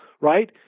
right